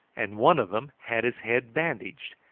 and one of them had his head bandaged,